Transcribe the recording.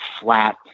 flat